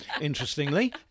interestingly